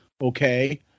okay